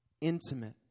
intimate